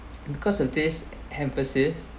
because of this emphasis